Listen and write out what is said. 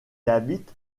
habite